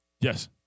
Yes